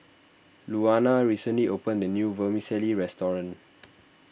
Louanna recently opened the new Vermicelli restaurant